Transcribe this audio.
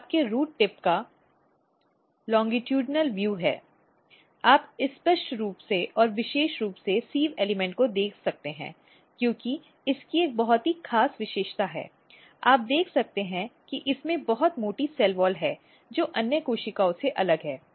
यह आपके root tip का अनुदैर्ध्य दृश्य है आप स्पष्ट रूप से और विशेष रूप से सिव़ एलिमेंट को देख सकते हैं क्योंकि इसकी एक बहुत ही खास विशेषता है आप देख सकते हैं कि इसमें बहुत मोटी सेल वॉल है जो अन्य कोशिकाओं से अलग है